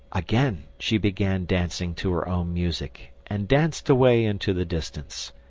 again she began dancing to her own music, and danced away into the distance.